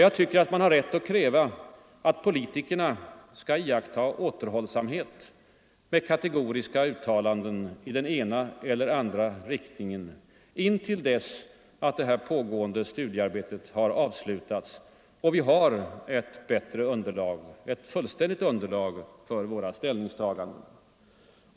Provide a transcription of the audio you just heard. Jag tycker att man har rätt att kräva att politikerna skall iaktta återhållsamhet med kategoriska uttalanden i ena eller andra riktningen intill dess att det pågående studiearbetet har avslutats och vi har ett fullständigt underlag för våra ställningstaganden.